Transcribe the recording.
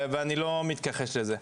ואני לא מתכחש לזה.